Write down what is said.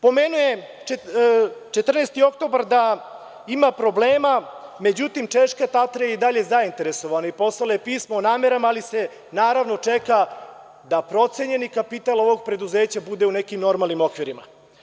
Pomenu je da „14. oktobar“ ima probleme, međutim, češka „Tatra“ je i dalje zainteresovana i poslala je pismo o namerama, ali se naravno čeka da procenjeni kapital ovog preduzeća bude u neki normalnim okvirima.